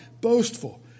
boastful